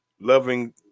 loving